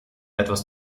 etwas